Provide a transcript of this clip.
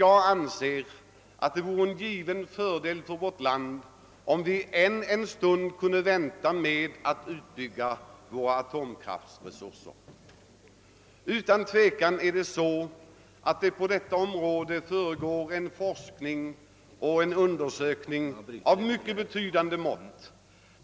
Jag anser att det vore en given fördel för vårt land om vi ännu ett tag kunde vänta med att utbygga våra atomkraftsresurser. På detta område försiggår nämligen forskningsarbete och undersökningar av betydande mått.